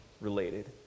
related